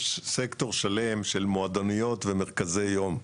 יש סקטור שלם של מועדוניות ומרכזי יום.